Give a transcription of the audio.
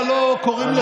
יש שר.